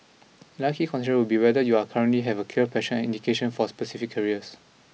another key consideration would be whether you are currently have a clear passion and indication for specific careers